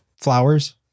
flowers